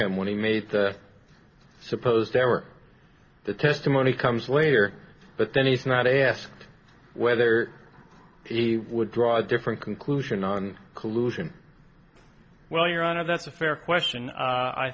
him when he made the supposed there were the testimony comes later but then he's not asked whether he would draw a different conclusion on collusion well your honor that's a fair question